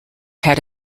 had